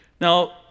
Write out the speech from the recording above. Now